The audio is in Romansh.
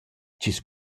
chi’s